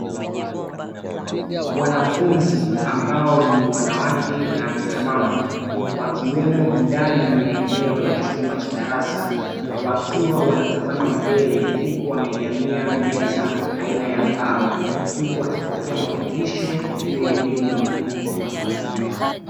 Wanafunzi ambao ni wanawake na akina mama wakiwemo ndani ya eneo la chumba cha darasa wakiwa wanatazama mbele huku wamegamia meza aina ya mbao huku wakipokea mafundisho juu ya elimu ya kuhusu watu wazima.